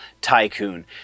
tycoon